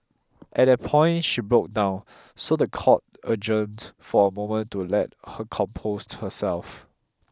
at that point she broke down so the court adjourned for a moment to let her compose herself